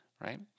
right